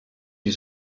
die